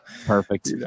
Perfect